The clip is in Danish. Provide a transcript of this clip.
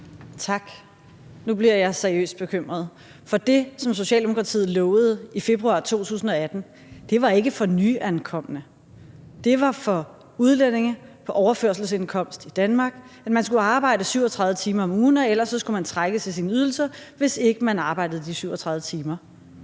Tak. Nu bliver jeg seriøst bekymret, for det, som Socialdemokratiet lovede i februar 2018, var ikke for nyankomne. Det var for udlændinge på overførselsindkomst i Danmark – man skulle arbejde 37 timer om ugen, og ellers skulle man trækkes i sin ydelse, altså hvis ikke man arbejdede de 37 timer.